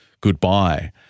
goodbye